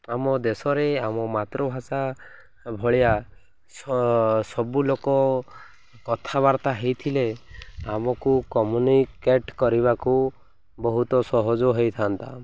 ଆମ ଦେଶରେ ଆମ ମାତୃଭାଷା ଭଳିଆ ସ ସବୁ ଲୋକ କଥାବାର୍ତ୍ତା ହୋଇଥିଲେ ଆମକୁ କମ୍ୟୁନିକେଟ କରିବାକୁ ବହୁତ ସହଜ ହେଇଥାନ୍ତା